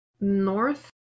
North